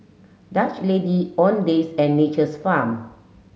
Dutch Lady Owndays and Nature's Farm